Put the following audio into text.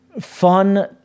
fun